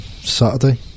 Saturday